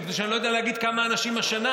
מפני שאני לא יודע להגיד כמה אנשים השנה